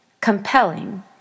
compelling